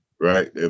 Right